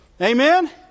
Amen